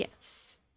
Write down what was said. Yes